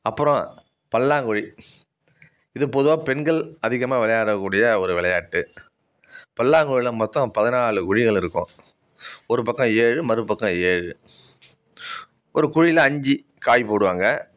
அப்புறம் பல்லாங்குழி இது பொதுவாக பெண்கள் அதிகமாக விளையாட கூடிய ஒரு விளையாட்டு பல்லாங்குழியில் மொத்தம் பதினாலு குழிகள் இருக்கும் ஒரு பக்கம் ஏழு மறு பக்கம் ஏழு ஒரு குழியில் அஞ்சு காய் போடுவாங்க